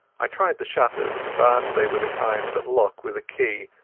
i tried the shutters, but they were the kind that lock with a key,